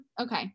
Okay